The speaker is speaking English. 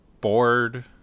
bored